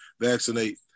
vaccinate